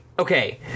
Okay